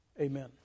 Amen